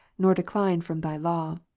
nor decline from thy law.